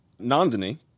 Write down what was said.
Nandini